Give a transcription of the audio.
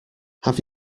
have